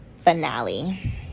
finale